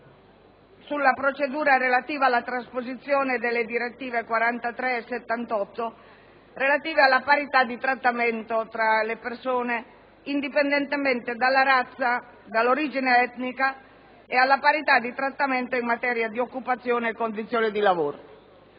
sulla procedura relativa alla trasposizione delle direttive 2000/43/CE e 2000/78/CE relative alla parità di trattamento tra le persone indipendentemente dalla razza e dall'origine etnica e in materia di occupazione e di condizioni di lavoro.